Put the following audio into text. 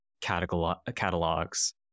catalogs